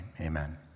amen